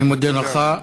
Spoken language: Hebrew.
אני מודה לך.